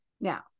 Now